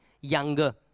younger